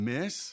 Miss